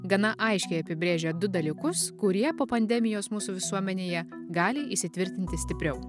gana aiškiai apibrėžia du dalykus kurie po pandemijos mūsų visuomenėje gali įsitvirtinti stipriau